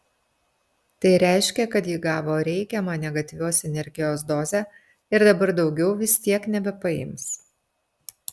tai reiškia kad ji gavo reikiamą negatyvios energijos dozę ir dabar daugiau vis tiek nebepaims